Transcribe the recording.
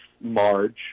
Marge